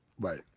Right